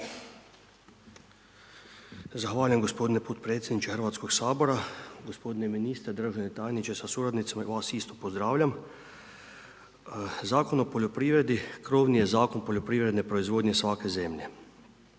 Zahvaljujem gospodine potpredsjedniče Hrvatskoga sabora, gospodine ministre, državni tajniče sa suradnicima i vas isto pozdravljam. Zakon o poljoprivredi krovni je zakon poljoprivredne proizvodnje svake zemlje.